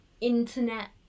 internet